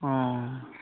অঁ